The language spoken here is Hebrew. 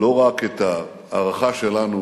לא רק את ההערכה שלנו,